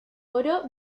oro